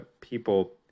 people